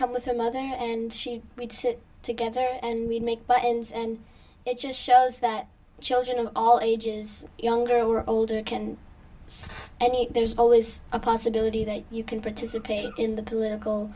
come with her mother and she would sit together and we'd make buttons and it just shows that children of all ages younger or older can see any there is always a possibility that you can participate in the political